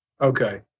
Okay